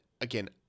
again